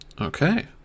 okay